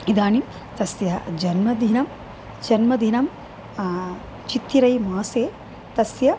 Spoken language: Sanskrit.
इदानीं तस्य जन्मदिनं जन्मदिनं चित्तिरैमासे तस्य